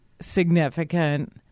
significant